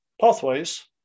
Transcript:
pathways